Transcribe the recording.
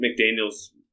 McDaniel's